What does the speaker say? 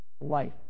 life